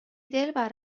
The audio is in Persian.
دلبر